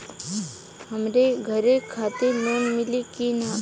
हमरे घर खातिर लोन मिली की ना?